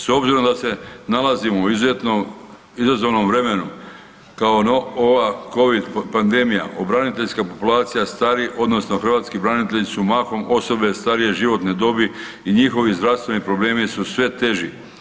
S obzirom da se nalazimo u izazovnom vremenu kao ova covid pandemija braniteljska populacija stari odnosno hrvatski branitelji su mahom osobe starije životne dobi i njihovi zdravstveni problemi su sve teži.